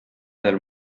del